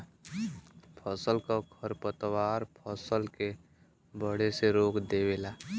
फसल क खरपतवार फसल के बढ़े से रोक देवेला